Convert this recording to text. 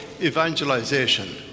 evangelization